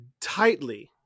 tightly